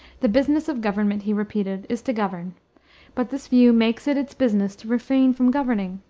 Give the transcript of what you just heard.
the business of government, he repeated, is to govern but this view makes it its business to refrain from governing.